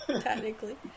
technically